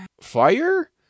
fire